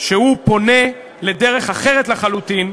שהוא פונה לדרך אחרת לחלוטין,